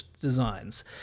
designs